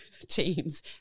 teams